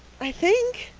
i think,